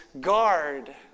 guard